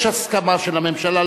יש הסכמה של הממשלה,